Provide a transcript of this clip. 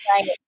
Right